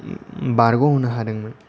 बारग' होनो हादोंमोन